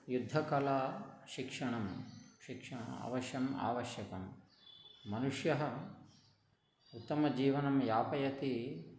युद्धकलाशिक्षणं शिक्षणम् अवश्यं आवश्यकं मनुष्यः उत्तमं जीवनं यापयति